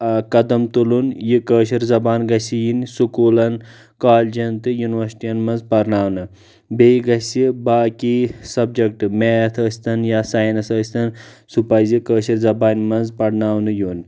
قدم تُلُن یہِ کٲشِر زبان گَژھِ یِنۍ سکوٗلن کالجن تہٕ یونیورسِٹیَن منٛز پرناونہٕ بیٚیہِ گَژھِ باقٕے سبجٮ۪کٹہٕ میتھ ٲسۍتَن یا ساینس ٲسۍتَن سُہ پزِ کٲشِر زبانہِ منٛز پرناونہٕ یُن